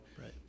Right